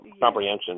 comprehension